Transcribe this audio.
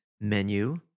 menu